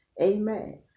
Amen